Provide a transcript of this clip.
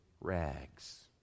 rags